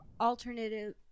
alternative